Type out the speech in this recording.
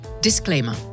Disclaimer